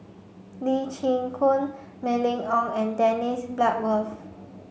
Lee Chin Koon Mylene Ong and Dennis Bloodworth